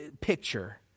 picture